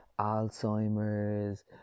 Alzheimer's